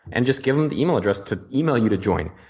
and just give them the email address to email you to join.